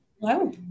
Hello